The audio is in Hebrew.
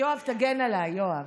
יואב, תגן עליי, יואב.